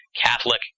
Catholic –